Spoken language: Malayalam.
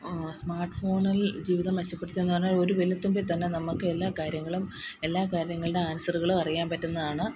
സ്മാര്ട്ട് ഫോണില് ജീവിതം മെച്ചപ്പെടുത്തുക എന്ന് പറഞ്ഞാല് ഒരു വിരല് തുമ്പില് തന്നെ നമുക്ക് എല്ലാ കാര്യങ്ങളും എല്ലാ കാര്യങ്ങളുടെ ആന്സറുകളും അറിയാന് പറ്റുന്നതാണ്